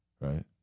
Right